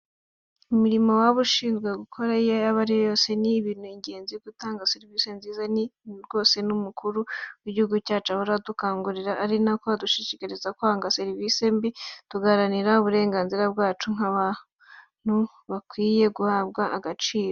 Imirimo waba ushinzwe gukora iyo yaba ariyo yose, ni ibintu ingenzi gutanga serivisi nziza, ni ibintu rwose n'umukuru w'igihugu cyacu ahora adukangurira, ari nako adushishikariza kwanga serivisi mbi, tugaharanira uburenganzira bwacu nk'abantu bakwiye guhabwa agaciro.